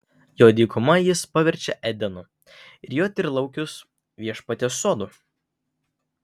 jo dykumą jis paverčia edenu ir jo tyrlaukius viešpaties sodu